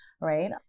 right